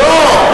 לא.